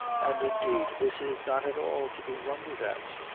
and indeed this is not at all to be wondered at.